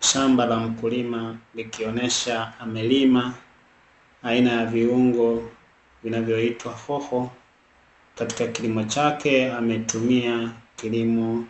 Shamba la mkulima likionyesha amelima aina ya viungo vinavyoitwa hoho, katika kilimo chake ametumia kilimo